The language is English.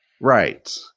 Right